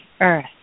earth